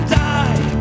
die